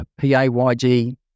PAYG